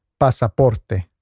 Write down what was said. pasaporte